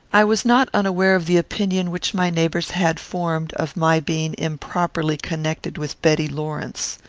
i was not unaware of the opinion which my neighbours had formed of my being improperly connected with betty lawrence.